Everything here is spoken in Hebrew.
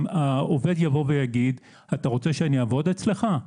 העובד יבוא ויגיד: אתה רוצה שאני אעבוד אצלך,